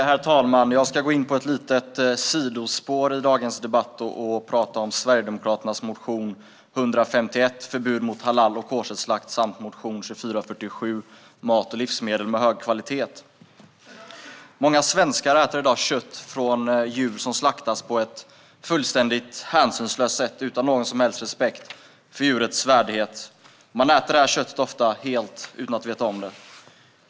Herr talman! Jag ska gå in på lite av ett sidospår i dagens debatt och tala om Sverigedemokraternas motion 151 Förbud mot halal och koscherslakt samt motion 2447 Mat och livsmedel med hög kvalitet . Många svenskar äter i dag kött från djur som slaktats på ett fullständigt hänsynslöst sätt utan någon som helst respekt för djurets värdighet, och man äter ofta det här köttet helt utan att veta om det.